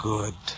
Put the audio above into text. Good